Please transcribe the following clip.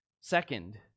Second